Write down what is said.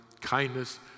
kindness